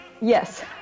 Yes